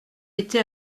été